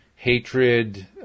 hatred